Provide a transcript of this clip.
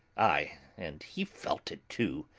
ay, and he felt it too,